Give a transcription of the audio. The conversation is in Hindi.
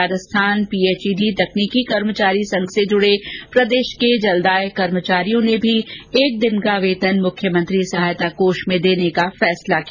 राजस्थान पीएचईडी तकनीकी कर्मचारी संघ से जुड़े प्रदेश के जलदाय कर्मचारियों ने भी एक दिन का वेतन मुख्यमंत्री सहायता कोष में देने का निर्णय लिया है